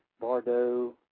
Bardo